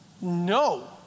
no